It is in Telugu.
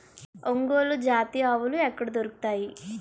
ఒంగోలు జాతి ఆవులు ఎక్కడ దొరుకుతాయి?